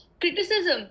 criticism